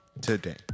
today